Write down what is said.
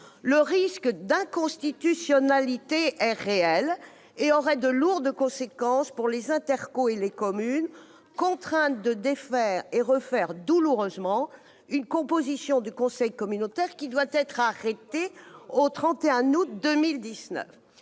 le risque d'inconstitutionnalité est réel, et sa réalisation aurait de lourdes conséquences pour les intercommunalités et les communes, contraintes de défaire et refaire douloureusement une composition du conseil communautaire qui doit être arrêtée au 31 août 2019.